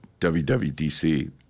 WWDC